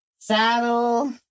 Saddle